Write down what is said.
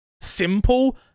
simple